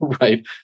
right